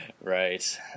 Right